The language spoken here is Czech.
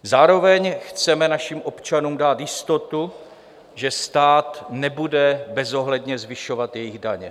Zároveň chceme našim občanům dát jistotu, že stát nebude bezohledně zvyšovat jejich daně.